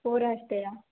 four వస్తయా